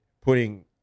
putting